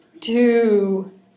two